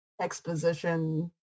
exposition